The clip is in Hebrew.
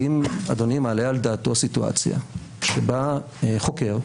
האם אדוני מעלה על דעתו סיטואציה שבה חוקר,